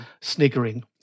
sniggering